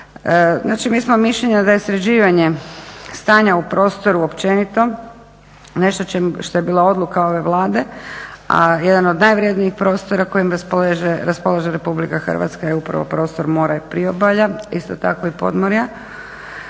mi smo mišljenja da je sređivanje stanja u prostoru općenito nešto što je bila odluka ove Vlade, a jedan od najvrjednijih prostora kojim raspolaže Republika Hrvatska je upravo prostor mora i priobalja isto tako i podmorja.